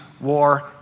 war